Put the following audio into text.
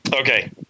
Okay